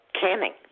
canning